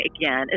again